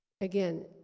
Again